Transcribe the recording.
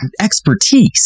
expertise